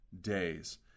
days